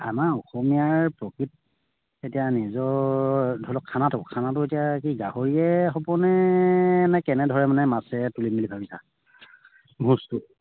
আমাৰ অসমীয়াৰ প্ৰকৃত এতিয়া নিজৰ ধৰি লওক খানাটো খানাটো এতিয়া কি গাহৰিয়ে হবনে নে কেনেধৰণে মানে মাছে তুলিম মেলি ভাবিছা ভোজটো